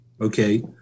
okay